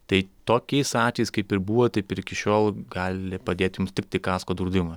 tai tokiais atvejais kaip ir buvo taip ir iki šiol gali padėt jums tiktai kasko draudimas